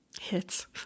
Hits